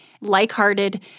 like-hearted